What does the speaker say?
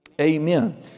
Amen